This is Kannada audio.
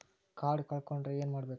ಕಾರ್ಡ್ ಕಳ್ಕೊಂಡ್ರ ಏನ್ ಮಾಡಬೇಕು?